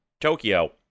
tokyo